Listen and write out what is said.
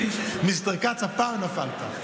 מיסטר כץ, הפעם נפלת.